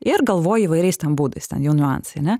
ir galvoji įvairiais ten būdais ten jau niuansai ane